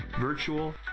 virtual